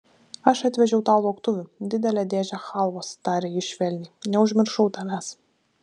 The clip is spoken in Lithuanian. aš atvežiau tau lauktuvių didelę dėžę chalvos tarė jis švelniai neužmiršau tavęs